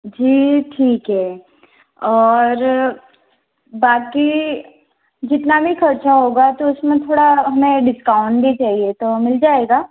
जी ठीक है और बाकी जितना भी खर्चा होगा तो उसमें थोड़ा हमें डिस्काउंट भी चाहिए तो मिल जाएगा